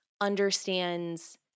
understands